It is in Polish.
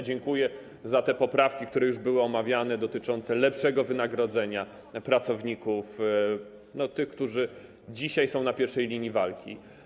Dziękuję za te poprawki, które już były omawiane, dotyczące lepszego wynagrodzenia pracowników, tych, którzy dzisiaj są na pierwszej linii walki.